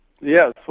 Yes